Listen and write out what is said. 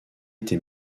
été